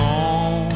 on